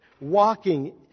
Walking